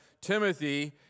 Timothy